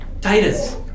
Titus